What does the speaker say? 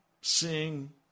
sing